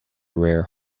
rare